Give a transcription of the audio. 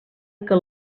que